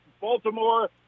Baltimore